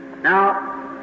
Now